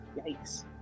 yikes